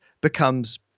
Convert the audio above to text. becomes